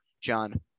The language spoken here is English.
John